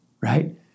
right